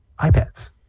iPads